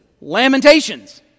Lamentations